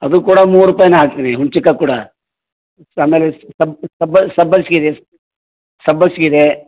ಅದು ಕೂಡ ಮೂರು ರೂಪಾಯನ್ನೇ ಹಾಕ್ತೀನಿ ಹುಣ್ಚಿಕಾಯ್ ಕೂಡ ಆಮೇಲೆ ಸಬ್ ಸಬ್ಬ ಸಬ್ಬಸ್ಸಿಗಿದೆ ಸಬ್ಬಸ್ಸಿಗಿದೆ